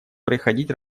проходить